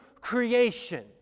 creation